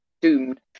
doomed